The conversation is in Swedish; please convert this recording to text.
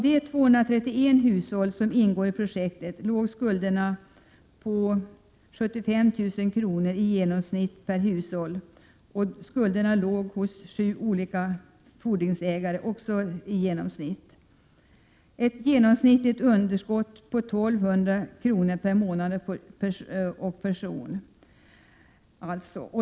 De 231 hushåll som ingår i projektet hade skulder på i genomsnitt 75 000 kr. till sju olika fordringsägare per hushåll. Detta blev ett genomsnittligt underskott på 1 200 kr. per månad och person.